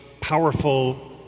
powerful